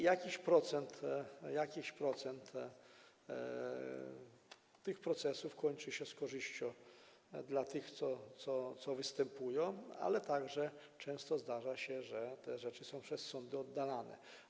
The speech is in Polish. Jakiś procent tych procesów kończy się z korzyścią dla tych, co występują, ale także często zdarza się, że te rzeczy są przez sądy oddalane.